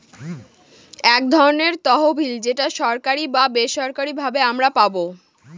এক ধরনের তহবিল যেটা সরকারি বা বেসরকারি ভাবে আমারা পাবো